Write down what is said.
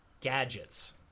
gadgets